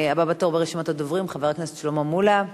הבא בתור ברשימת הדוברים, חבר הכנסת שלמה מולה.